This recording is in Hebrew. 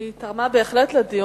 היא תרמה בהחלט לדיון.